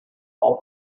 all